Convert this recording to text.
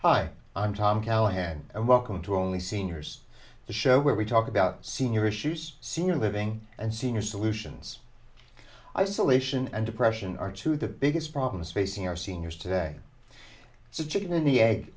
hi i'm tom callahan and welcome to only seniors the show where we talk about senior issues senior living and senior solutions isolation and depression are two the biggest problems facing our seniors today so chicken and the